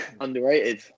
Underrated